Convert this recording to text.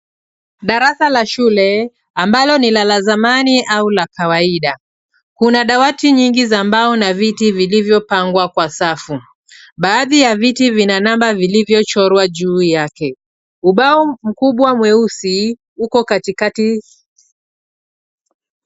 Darasa la shule ambalo ni la zamani au la kawaida. Kuna dawati nyingi za mbao na viti vilivyopangwa kwa safu. Baadhi ya viti vina namba vilivyochorwa juu yake. Ubao mkubwa mweusi uko katikati.